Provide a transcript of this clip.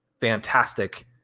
fantastic